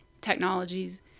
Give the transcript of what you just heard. technologies